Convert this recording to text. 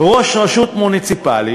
ראש רשות מוניציפלית,